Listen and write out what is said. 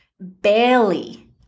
Barely